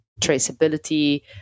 traceability